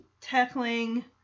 tackling